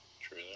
True